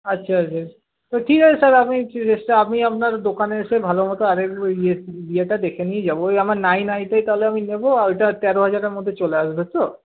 আচ্ছা বেশ তো ঠিক আছে স্যার আপনি রেস্টটা আমি আপনার দোকানে এসে ভালো মত আরেকবার ইয়েটা দেখে নিয়ে যাবো ওই আমার নাইন আইটাই তাহলে আমি নেব আর ওটা তেরো হাজারের মধ্যে চলে আসবে তো